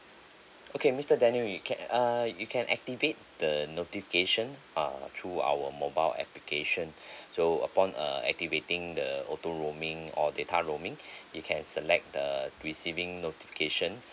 okay mister daniel you can err you can activate the notification uh through our mobile application so upon err activating the auto roaming or data roaming you can select the receiving notification